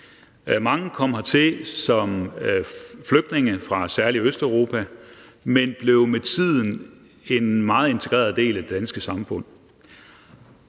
Mange kom hertil som flygtninge fra særlig Østeuropa, men blev med tiden en meget integreret del af det danske samfund.